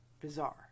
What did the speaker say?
bizarre